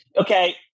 okay